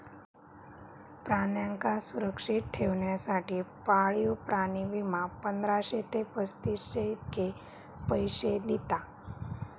प्राण्यांका सुरक्षित ठेवच्यासाठी पाळीव प्राणी विमा, पंधराशे ते पस्तीसशे इतके पैशे दिता